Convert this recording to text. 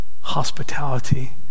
hospitality